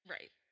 Right